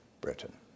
Britain